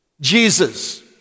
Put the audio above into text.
Jesus